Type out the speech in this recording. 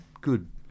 good